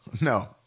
No